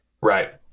Right